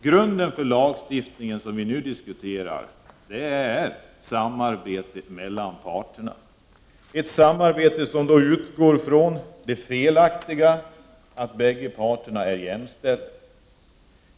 Grunden för den lagstiftning som vi nu diskuterar är samarbete mellan parterna, ett samarbete som utgår från det felaktiga antagandet att bägge parterna är jämställda.